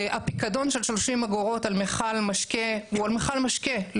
הפיקדון של 30 אגורות על מכל משקה הוא על מכל משקה,